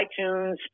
iTunes